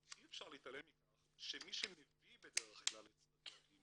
אי אפשר להתעלם מכך שמי שמביא בדרך כלל את צדדי ג',